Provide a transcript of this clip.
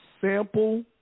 sample